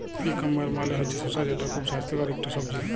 cucumber মালে হছে শসা যেট খুব স্বাস্থ্যকর ইকট সবজি